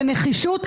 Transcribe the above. בנחישות,